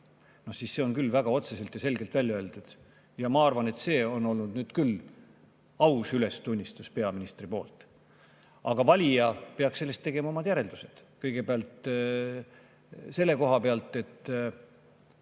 See oli küll väga otseselt ja selgelt välja öeldud. Ma arvan, et see oli nüüd küll aus ülestunnistus peaministrilt. Aga valija peaks sellest tegema omad järeldused. Kõigepealt selle kohapealt, et